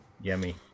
Yummy